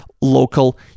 local